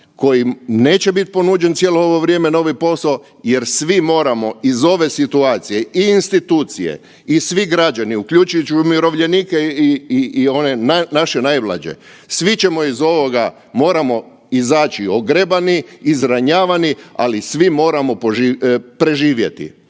kojim neće biti ponuđen cijelo ovo vrijeme novi posao jer svi moramo iz ove situacije i institucije i svi građani uključujući umirovljenike i one naše najmlađe, svi ćemo iz ovoga moramo izaći ogrebani, izranjavani, ali svi moramo preživjeti.